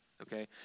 okay